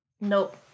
Nope